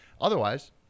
otherwise